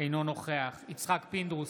אינו נוכח יצחק פינדרוס,